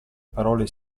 parole